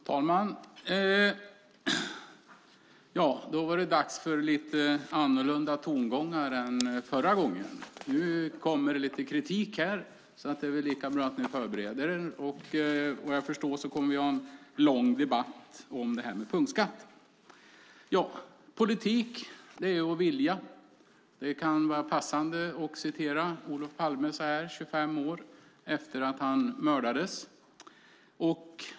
Fru talman! Då var det dags för lite annorlunda tongångar än förra gången. Här kommer det lite kritik, så det är lika bra att ni förbereder er. Såvitt jag förstår kommer vi att ha en lång debatt om punktskatter. Politik är att vilja. Det är passande att citera Olof Palme 25 år efter att han mördades.